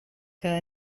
que